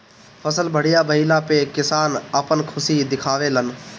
फसल बढ़िया भइला पअ किसान आपन खुशी दिखावे लन